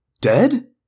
Dead